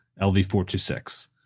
LV-426